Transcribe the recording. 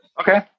Okay